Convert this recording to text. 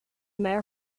mayor